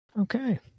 Okay